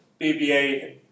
BBA